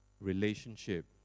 relationship